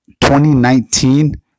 2019